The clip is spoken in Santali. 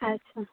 ᱟᱪᱪᱷᱟ